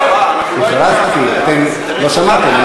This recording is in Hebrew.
הכרזתי, אתם לא שמעתם.